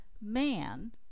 man